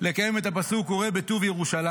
זו באמת הזדמנות לקיים את הפסוק "וראה בטוב ירושלָ͏ִם".